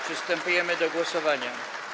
Przystępujemy do głosowania.